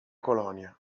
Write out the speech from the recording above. colonia